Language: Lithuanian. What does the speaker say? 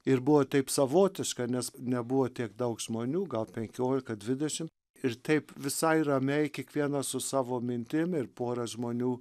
ir buvo taip savotiška nes nebuvo tiek daug žmonių gal penkiolika dvidešim ir taip visai ramiai kiekvienas su savo mintim ir pora žmonių